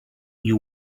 you